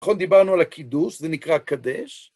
נכון, דיברנו על הקידוש, זה נקרא קדש.